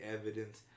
evidence